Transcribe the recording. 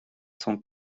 cent